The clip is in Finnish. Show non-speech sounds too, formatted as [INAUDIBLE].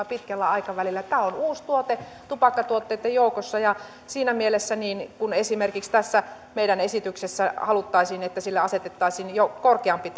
[UNINTELLIGIBLE] pitkällä aikavälillä tämä on uusi tuote tupakkatuotteitten joukossa ja siinä mielessä kun esimerkiksi tässä meidän esityksessä haluttaisiin että sille jo asetettaisiin korkeampi [UNINTELLIGIBLE]